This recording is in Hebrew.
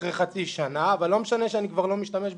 אחרי חצי שנה לא משנה שאני כבר לא משתמש בהסעה,